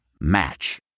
match